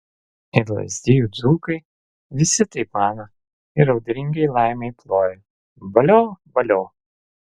ir lazdijų dzūkai visi taip mano ir audringai laimai ploja valio valio